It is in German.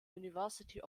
university